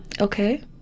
okay